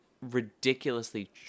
ridiculously